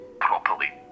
properly